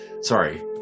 sorry